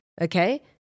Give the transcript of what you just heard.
Okay